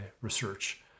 research